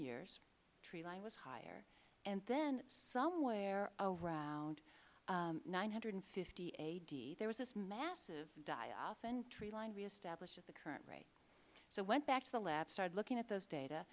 years tree line was higher and then somewhere around nine hundred and fifty a d there was this massive die off and tree line reestablished at the current rate so i went back to the lab started looking at those data